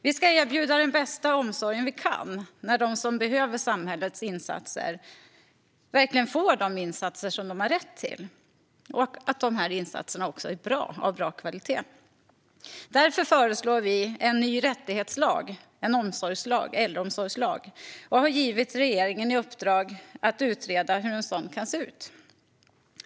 Vi ska erbjuda den bästa omsorg vi kan där de som behöver samhällets insatser verkligen får de insatser som de har rätt till och se till att insatserna är av bra kvalitet. Därför föreslår vi en ny rättighetslag, en äldreomsorgslag, och har gett regeringen i uppdrag att utreda hur en sådan kan se ut.